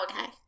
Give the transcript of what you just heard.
okay